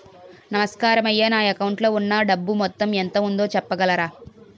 నమస్కారం అయ్యా నా అకౌంట్ లో ఉన్నా డబ్బు మొత్తం ఎంత ఉందో చెప్పగలరా?